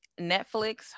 Netflix